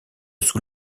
sous